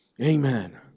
Amen